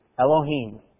Elohim